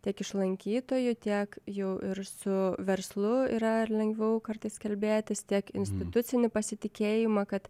tiek iš lankytojų tiek jau ir su verslu yra lengviau kartais kalbėtis tiek institucinį pasitikėjimą kad